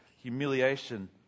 humiliation